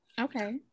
okay